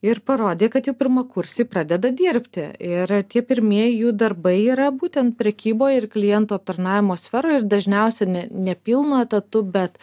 ir parodė kad jau pirmakursiai pradeda dirbti ir tie pirmieji jų darbai yra būtent prekyboj ir klientų aptarnavimo sferoj ir dažniausiai ne ne pilnu etatu bet